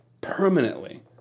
permanently